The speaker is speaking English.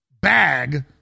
bag